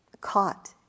caught